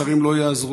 שרים לא יעזרו,